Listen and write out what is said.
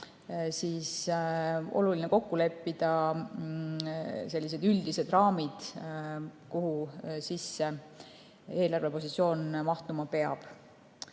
oleks oluline kokku leppida üldised raamid, kuhu sisse eelarvepositsioon mahtuma peab.